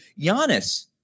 Giannis